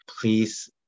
Please